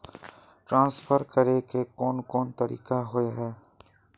Transfer करे के कोन कोन तरीका होय है?